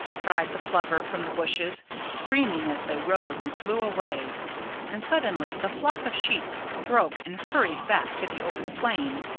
cried the plover from the bushes, screaming as they rose and flew away and suddenly the flock of sheep broke and hurried back to the open plain.